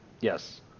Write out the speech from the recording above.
Yes